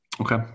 Okay